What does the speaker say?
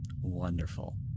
wonderful